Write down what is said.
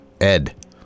Ed